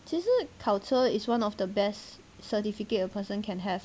其实考车 is one of the best certificate a person can have